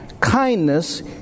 kindness